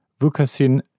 Vukasin